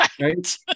Right